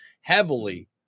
heavily